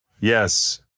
Yes